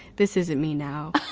this isn't me now.